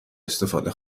استفاده